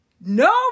No